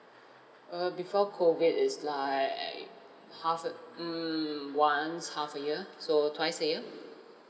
uh before COVID it's like half a mm once half a year so twice a year